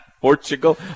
Portugal